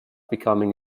becoming